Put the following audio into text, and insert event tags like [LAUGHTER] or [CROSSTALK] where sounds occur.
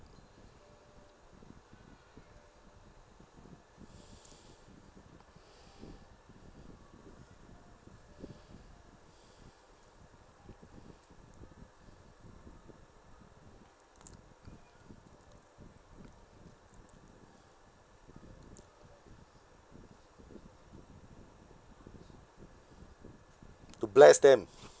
[BREATH] [NOISE] to bless them